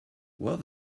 well